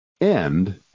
end